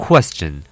Question